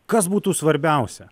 kas būtų svarbiausia